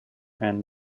and